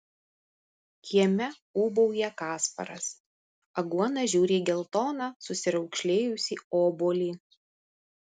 kieme ūbauja kasparas aguona žiūri į geltoną susiraukšlėjusį obuolį